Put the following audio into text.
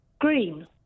Green